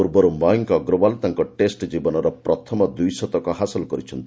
ପୂର୍ବରୁ ମୟଙ୍କ ଅଗ୍ରଓ୍ୱାଲ୍ ତାଙ୍କ ଟେଷ୍ଟ ଜୀବନର ପ୍ରଥମ ଦ୍ୱିଶତକ ହାସଲ କରିଛନ୍ତି